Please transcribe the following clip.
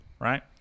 right